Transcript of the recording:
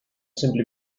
simply